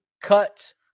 cut